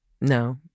no